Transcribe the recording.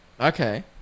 okay